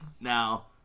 Now